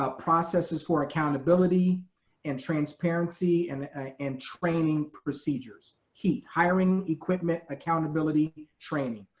ah processes for accountability and transparency and and training procedures. heat, hiring, equipment, accountability, training.